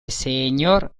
senior